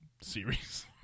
series